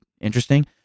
interesting